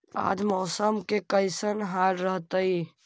आज मौसम के कैसन हाल रहतइ?